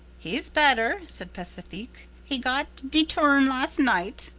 he's better, said pacifique. he got de turn las' night.